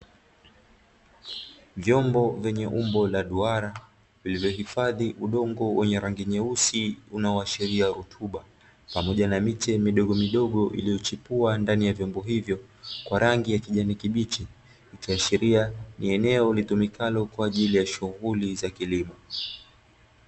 Vyombo vyenye umbo la duara vilivyohifadhi udongo wa rangi nyeusi unaoashiria rotuba, pamoja na miche midogomidogo iliyochepua ndani ya vyombo hivyo kwa rangi ya kijani kibichi. Ikiashiria ni eneo litumikalo kwa ajili ya shughuli za kilimo.